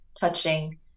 touching